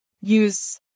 use